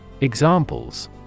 Examples